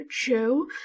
Joe